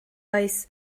oes